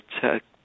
check